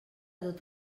tot